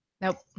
Nope